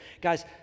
Guys